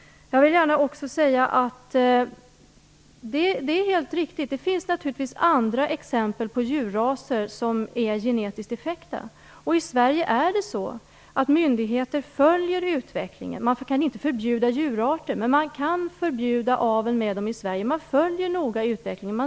Jag vill också gärna säga att det naturligtvis finns andra exempel på djurraser som är genetiskt defekta. I Sverige är det så att myndigheter följer utvecklingen. Man kan inte förbjuda djurarter, men man kan förbjuda avel med dem i Sverige. Man följer utvecklingen noga.